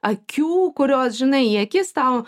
akių kurios žinai į akis tau